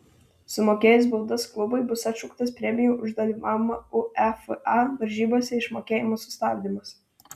sumokėjus baudas klubui bus atšauktas premijų už dalyvavimą uefa varžybose išmokėjimo sustabdymas